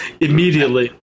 immediately